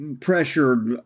pressured